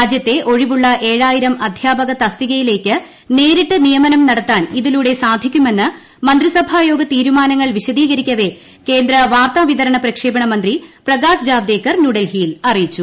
രാജ്യത്തെ ഒഴിവുള്ള ഏഴായിരം അധ്യാപക തസ്തികയിലേക്ക് നേരിട്ട് നിയമനം നടത്താൻ ഇതിലൂടെ സാധിക്കുമെന്ന് മന്ത്രിസഭാ യോഗ തീരുമാനങ്ങൾ വിശദീകരിക്കവേ കേന്ദ്ര വാർത്താ വിതരണ പ്രക്ഷേപണ മന്ത്രി പ്രകാശ് ജാവ്ദേക്കർ ന്യൂഡൽഹിയിൽ അറിയിച്ചു